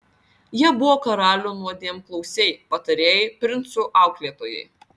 jie buvo karalių nuodėmklausiai patarėjai princų auklėtojai